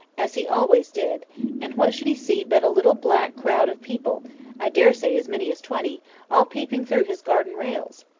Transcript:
as he always did and what should he see but a little black crowd of people i daresay as many as twenty all peeping through his garden rails.